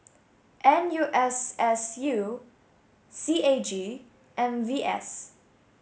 N U S S U C A G and V S